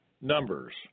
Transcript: numbers